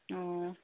ꯑꯣ